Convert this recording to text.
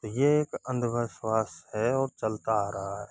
ये एक अंधविश्वास है और चलता आ रहा है